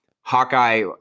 Hawkeye –